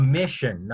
mission